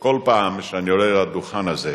כל פעם שאני עולה לדוכן הזה,